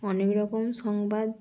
অনেক রকম সংবাদ